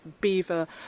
beaver